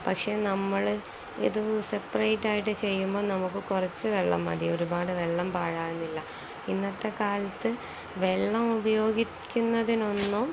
പക്ഷെ നമ്മള് ഇത് സെപ്പറേറ്റായിട്ട് ചെയ്യുമ്പോള് നമുക്കു കുറച്ചു വെള്ളം മതി ഒരുപാട് വെള്ളം പാഴാവുന്നില്ല ഇന്നത്തെ കാലത്തു വെള്ളം ഉപയോഗിക്കുന്നതിനൊന്നും